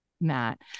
Matt